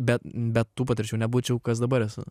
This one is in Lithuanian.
bet be tų patirčių nebūčiau kas dabar esu